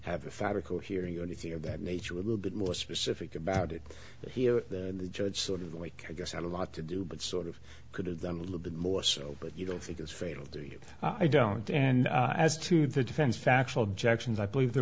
have a fabric or hearing or anything of that nature a little bit more specific about it here the judge sort of like i guess had a lot to do but sort of could have done a little bit more so but you don't think it's fatal to you i don't and as to the defense factual jacksons i believe there